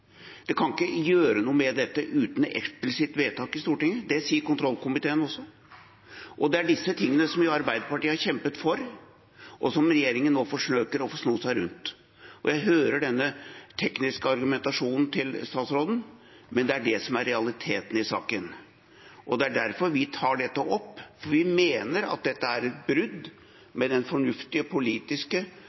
dette uten et eksplisitt vedtak i Stortinget. Det sier kontrollkomiteen også. Det er disse tingene Arbeiderpartiet har kjempet for, og som regjeringen nå forsøker å sno seg rundt. Jeg hører den tekniske argumentasjonen til statsråden, men det er det som er realiteten i saken. Det er derfor vi tar dette opp, for vi mener at dette er et brudd med den fornuftige politiske